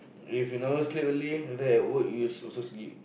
if you never sleep early after that at work you also sleep